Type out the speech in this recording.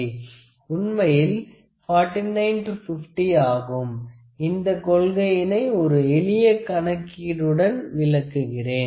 உண்மையிள் அது 49 to 50 ஆகும் இந்த கொள்கையினை ஒரு எளிய கணக்கீடுடன் விளக்குகிறேன்